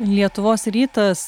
lietuvos rytas